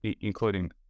including